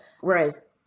Whereas